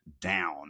down